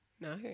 No